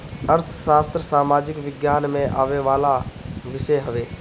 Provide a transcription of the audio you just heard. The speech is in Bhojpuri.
अर्थशास्त्र सामाजिक विज्ञान में आवेवाला विषय हवे